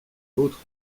l’autre